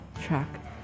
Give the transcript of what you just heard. track